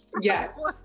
Yes